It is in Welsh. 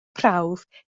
prawf